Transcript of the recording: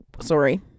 Sorry